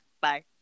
Bye